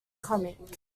comic